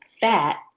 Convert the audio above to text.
fat